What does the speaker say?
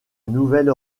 nouvelle